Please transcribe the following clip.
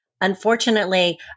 Unfortunately